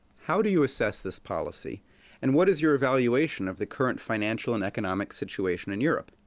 how do you assess this policy and what is your evaluation of the current financial and economic situation in europe?